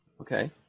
Okay